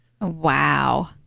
Wow